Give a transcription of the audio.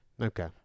Okay